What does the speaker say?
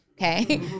okay